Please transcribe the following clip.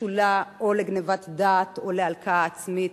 משולה או לגנבת דעת או להלקאה עצמית,